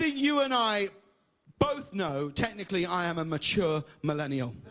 ah you and i both know technically i'm a mature millennial!